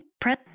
press